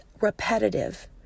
repetitive